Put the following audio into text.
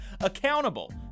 accountable